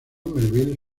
melville